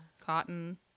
cotton